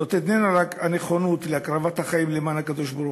זאת איננה רק הנכונות להקרבת החיים למען הקדוש-ברוך-הוא.